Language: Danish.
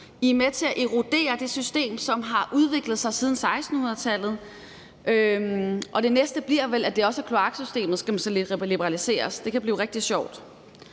I er med til at erodere det system, som har udviklet sig siden 1600-tallet, og det næste bliver vel, at det også er kloaksystemet, som skal liberaliseres. Det kan blive rigtig sjovt!